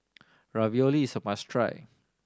ravioli is a must try